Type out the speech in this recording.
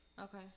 Okay